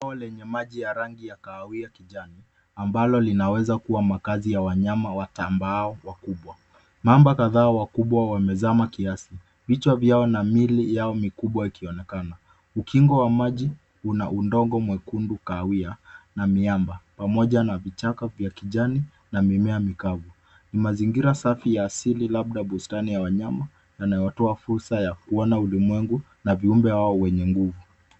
Bawa lenye maji ya rangi ya kahawia kijani ambalo linaweza kuwa makazi ya wanyama watambao wakubwa, mamba kadhaa wakubwa wamezama kiasi vichwa vyao na miili yao kubwa ikionekana. Ukingo wa maji una udongo mwekundu kahawia na miamba pamoja na vichaka ya kijani na mimea mikavu. Ni mazingira safi ya asili labda bustani ya wanyama na yanatoa fursa ya kuona ulimwengu na viumbe wao.